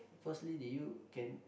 firstly did you can